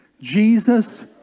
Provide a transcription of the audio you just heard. Jesus